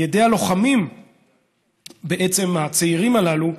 על ידי הלוחמים הצעירים הללו,